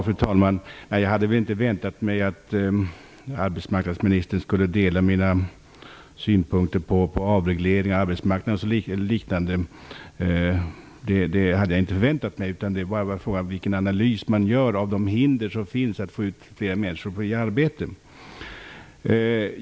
Fru talman! Jag hade inte väntat mig att arbetsmarknadsministern skulle dela mina synpunkter på avreglering av arbetsmarknaden och liknande. Frågan var bara vilken analys man gör av de hinder som finns för att få fler människor i arbete.